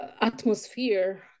atmosphere